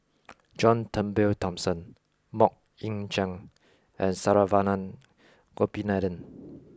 John Turnbull Thomson Mok Ying Jang and Saravanan Gopinathan